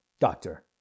Doctor